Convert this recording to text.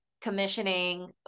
commissioning